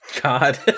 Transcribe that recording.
God